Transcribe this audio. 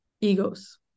egos